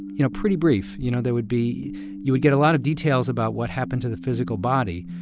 you know, pretty brief. you know, there would be you would get a lot of details about what happened to the physical body.